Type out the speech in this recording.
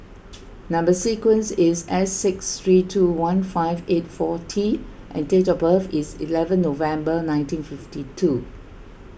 Number Sequence is S six three two one five eight four T and date of birth is eleven November nineteen fifty two